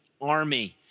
army